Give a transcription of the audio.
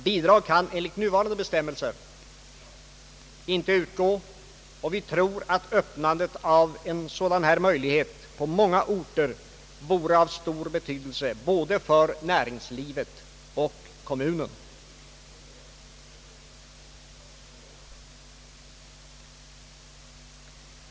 Bidrag kan enligt nuvarande bestämmelser ej utgå, och vi tror att öppnandet av en sådan här möjlighet på många orter vore av stor betydelse för båda näringslivet och kommunen.